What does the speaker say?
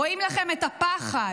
רואים לכם את הפחד.